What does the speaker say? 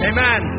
Amen